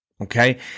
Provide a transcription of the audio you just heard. Okay